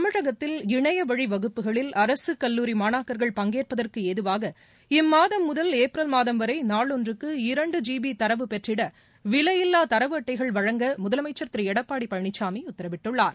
தமிழகத்தில் இணையவழிவகுப்புகளில் அரசுகல்லூரி மாணாக்கர்கள் பங்கேற்பதற்குஏதுவாக இம்மாதம் முதல் ஏப்ரல் மாதம்வரைநாளொன்றுக்கு இரண்டு ஜிபி தரவு பெற்றிட விலையில்லா தரவு அட்டைகள் வழங்க முதலமைச்சர் திருளடப்பாடிபழனிசாமிடத்தரவிட்டுள்ளார்